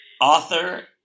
Author